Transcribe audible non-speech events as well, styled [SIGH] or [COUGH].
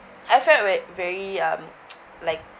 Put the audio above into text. I felt very very um [NOISE] like